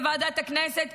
בוועדת הכנסת,